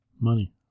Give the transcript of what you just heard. Money